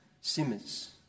simmers